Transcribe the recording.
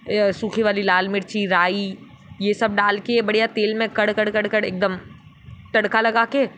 सूखी वाली लाल मिर्ची राई यह सब डाल कर बढ़िया तेल में कड़ कड़ कड़ कड़ एक दम तड़का लगा कर